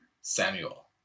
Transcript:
Samuel